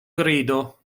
grido